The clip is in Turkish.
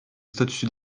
statüsü